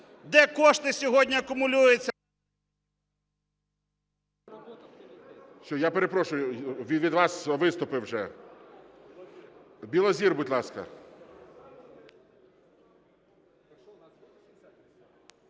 Де кошти сьогодні акумулюються...